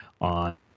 on –